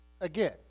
again